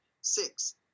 six